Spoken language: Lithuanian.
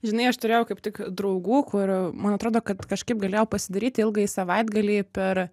žinai aš turėjau kaip tik draugų kur man atrodo kad kažkaip galėjo pasidaryti ilgąjį savaitgalį per